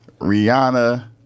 Rihanna